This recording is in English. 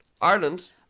Ireland